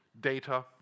data